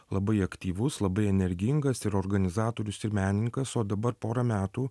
labai aktyvus labai energingas ir organizatorius ir menininkas o dabar porą metų